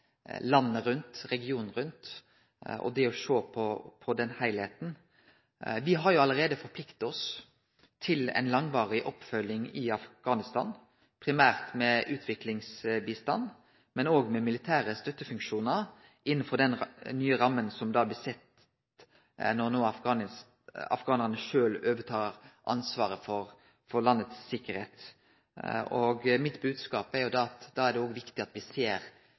sjå på heilskapen. Me har allereie forplikta oss til ei langvarig oppfølging i Afghanistan, primært med utviklingsbistand, men òg med militære støttefunksjonar innanfor dei nye rammene som blir sette når afghanarane no sjølve overtar ansvaret for landets tryggleik. Mitt bodskap er at då er det viktig at me ser på regionen som eit heile. Eg deler veldig det utanriksministeren seier om dei nye signala me ser mellom Pakistan og India. Det er klart at